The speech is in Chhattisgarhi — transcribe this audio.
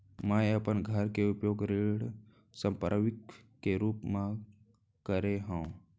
मै अपन घर के उपयोग ऋण संपार्श्विक के रूप मा करे हव